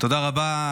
--- תודה רבה.